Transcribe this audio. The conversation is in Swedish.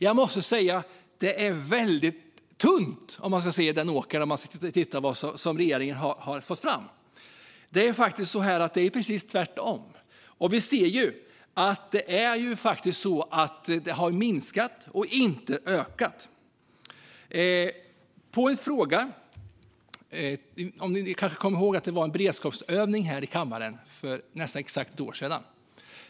Jag måste säga att det är väldigt tunt i den åker som regeringen har fått fram. Det är faktiskt precis tvärtom: Den har minskat och inte ökat. Ni kommer kanske ihåg att det var en beredskapsövning här i kammaren för nästan exakt ett år sedan.